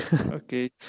okay